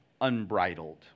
unbridled